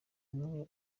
umwe